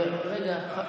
רגע.